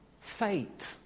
fate